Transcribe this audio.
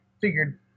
figured